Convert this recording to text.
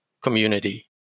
community